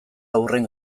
haurren